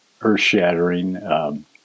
earth-shattering